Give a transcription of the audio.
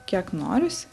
kiek norisi